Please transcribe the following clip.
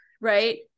right